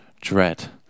Dread